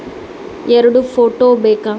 ಎರಡು ಫೋಟೋ ಬೇಕಾ?